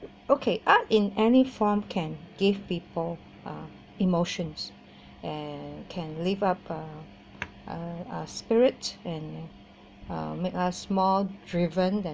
okay art in any form can give people uh emotions and can lift up uh uh our spirit and uh make us more driven than